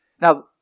Now